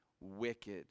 wicked